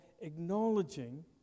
acknowledging